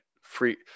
free